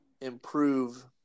improve